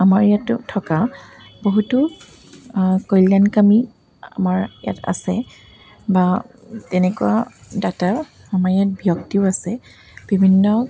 আমাৰ ইয়াতো থকা বহুতো কল্যাণকামী আমাৰ ইয়াত আছে বা তেনেকুৱা ডাটা আমাৰ ইয়াত ব্যক্তিও আছে বিভিন্ন